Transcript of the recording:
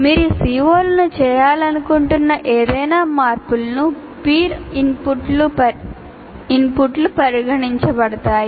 మీరు CO లు చేయాలనుకుంటున్న ఏవైనా మార్పులకు పీర్ ఇన్పుట్లు పరిగణించబడతాయి